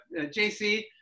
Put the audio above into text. JC